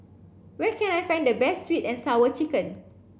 where can I find the best sweet and sour chicken